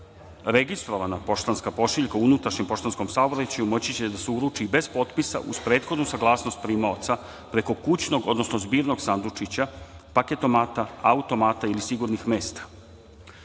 Registrovana poštanska pošiljka u unutrašnjem poštanskom saobraćaju moći će da se uruči i bez potpisa, uz prethodnu saglasnost primaoca preko kućnog odnosno zbirnog sandučića, paketomata, automata ili sigurnih